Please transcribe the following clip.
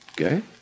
Okay